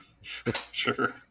Sure